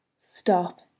stop